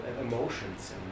emotions